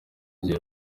gihe